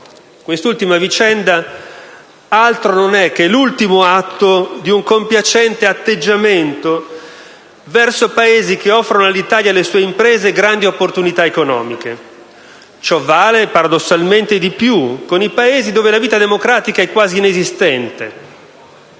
Quest'ultima vicenda altro non è che l'ultimo atto di un compiacente atteggiamento verso Paesi che offrono all'Italia e alle sue imprese grandi opportunità economiche. Ciò vale di più, paradossalmente, con i Paesi dove la vita democratica è quasi inesistente.